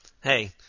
hey